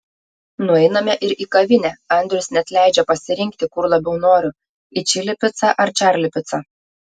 nueiname ir į kavinę andrius net leidžia pasirinkti kur labiau noriu į čili picą ar čarli picą